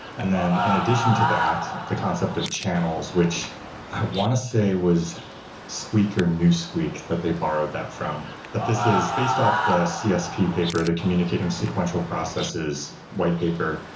and then in addition to that, the concept of channels, which i want to say was squeaker knew squeak that they borrowed that from but this is based off the csp paper, the communicating sequential processes white paper.